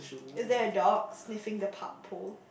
is there a dog sniffing the park pole